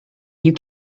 you